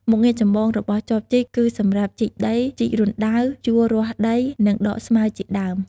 មុខងារចម្បងរបស់ចបជីក គឺសម្រាប់ ជីកដី ជីករណ្ដៅ ភ្ជួររាស់ដី និងដកស្មៅជាដើម។